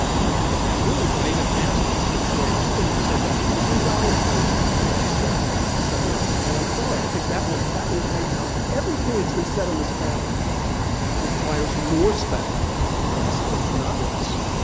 so what that means, and i even asked you just to make sure i understood, and you said that every dollar spent has to be offset somewhere else, and i'm sorry, i think that will that will wipe out, everything that's been said on this panel requires more spending on these folks, not less.